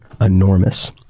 enormous